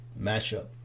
matchup